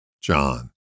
John